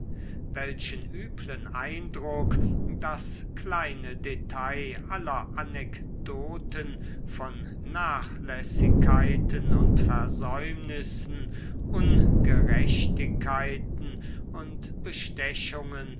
welchen üblen eindruck das kleine detail aller anekdoten von nachlässigkeiten und versäumnissen ungerechtigkeiten und bestechungen